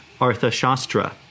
Arthashastra